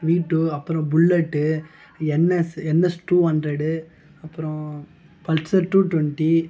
வீ டூ அப்புறம் Bullet N S N S two hundred அப்புறம் பல்சர் டூ ட்வெண்டி